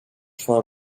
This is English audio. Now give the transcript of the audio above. for